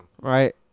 Right